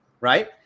right